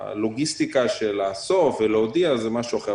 הלוגיסטיקה של לאסוף ולהודיע זה משהו אחר.